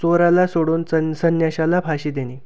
चोराला सोडून संन संन्याशाला फाशी देणे